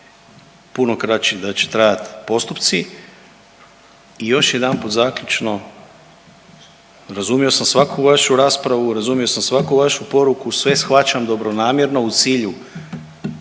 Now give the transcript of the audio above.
puno kraće da će trajati postupci. I još jedanput zaključno razumio sam svaku vašu raspravu, razumio sam svaku vašu poruku, sve shvaćam dobronamjerno u cilju